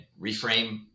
reframe